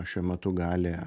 šiuo metu gali